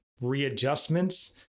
readjustments